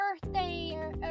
birthday